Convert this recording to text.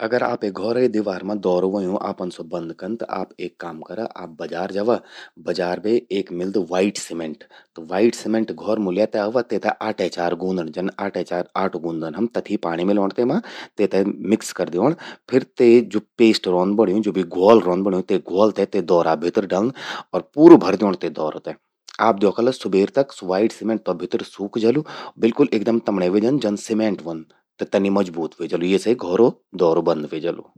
अगर आपे घौरे दीवाल मां दौरु व्हंयूं, आपन स्वो बंद कन त आप एक काम करा आप बजार जावा। बाजार में एक मिल्द व्हाइट सीमेंट। त व्हाइट सीमेंट घौर मूं ल्ये ते आवा, तेते आटे चार गूंदण। जन आटे चार आटू गूंदन हम तथी पाणि मिलौंण तेमा। तेते मिक्स कर द्योंण। फिर ते ज्वो पेस्ट रौंद बण्यूं, ज्वो घ्वोल रौंद बण्यूं। घ्वोल ते ते दौरा भितर डल्लं और पूरू भर द्योंण ते दौरा ते। आप द्योखला सुबेर तक स्वो व्हाइट सीमेंट तौ भितर सूख जलु, बिल्कुल एकदम तमण्ये व्हे जंद, जन सीमेंट व्हंद। त तनि मजबूत व्हे जलु। ये से घौरो दौरु बंद व्हे जलु।